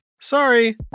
Sorry